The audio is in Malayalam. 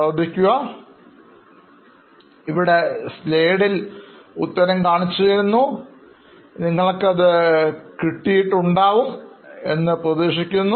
നിങ്ങൾ ഇത് ഉണ്ടാക്കിയിട്ടുണ്ടെന്നും അത് വീണ്ടും പരിശോധിക്കുന്നു എന്നും ഞാൻ പ്രതീക്ഷിക്കുന്നു